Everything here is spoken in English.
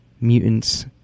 mutants